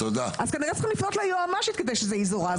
כנראה שצריך לפנות ליועמ"שית כדי שזה יזורז.